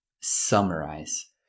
summarize